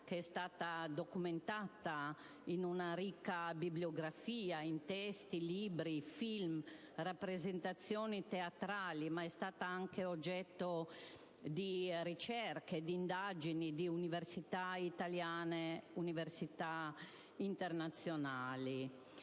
che è stata documentata in una ricca bibliografia, in testi, libri, film, rappresentazioni teatrali, ma è stata anche oggetto di ricerca e d'indagine di università italiane e internazionali.